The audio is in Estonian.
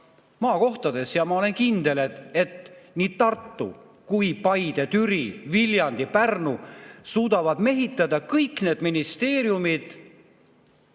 maakohtades. Ma olen kindel, et nii Tartu kui ka Paide, Türi, Viljandi ja Pärnu suudavad mehitada kõik need ministeeriumid